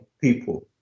people